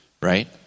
right